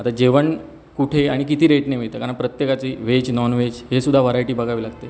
आता जेवण कुठे आणि किती रेटने मिळतं कारण प्रत्येकाची वेज नॉन वेज हे सुद्धा वरायटी बघावी लागते